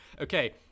Okay